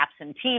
absentee